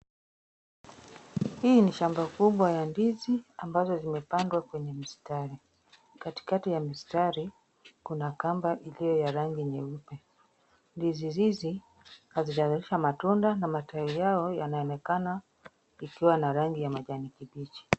Hii ni shamba kubwa ya ndizi ambazo zimepandwa kwenye mstari. Katikati ya mistari kuna kamba iliyo ya rangi nyeupe. Ndizi hizi hazijazalisha matunda na matawi yao yanaonekana yakiwa na rangi ya kijani kibichi.